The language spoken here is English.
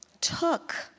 took